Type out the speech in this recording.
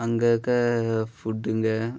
அங்கே இருக்கற ஃபுட்டுங்க